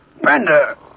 Bender